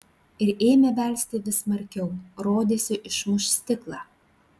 ir ėmė belsti vis smarkiau rodėsi išmuš stiklą